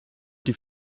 die